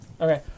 Okay